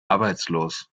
arbeitslos